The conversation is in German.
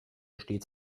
stets